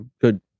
Good